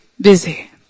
busy